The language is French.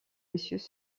messieurs